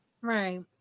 Right